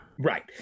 Right